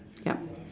yup